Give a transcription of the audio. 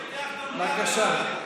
בבקשה.